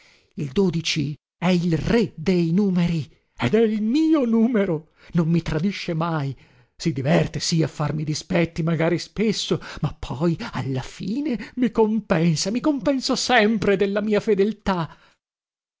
l è il re dei numeri ed è il mio numero non mi tradisce mai si diverte sì a farmi dispetti magari spesso ma poi alla fine mi compensa mi compensa sempre della mia fedeltà